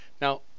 Now